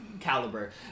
caliber